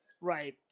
right